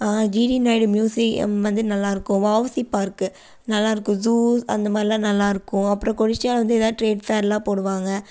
GT Naidu museum வந்து நல்லாருக்கும் VOC park நல்லாருக்கும் ஜூ அந்தமாதிரில்லாம் நல்லாயிருக்கும் அப்புறம் ஏதாவது ட்ரேட்ஃபேர்லாம் போடுவாங்க